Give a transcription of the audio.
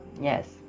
yes